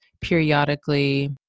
periodically